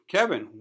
Kevin